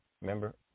Remember